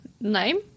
name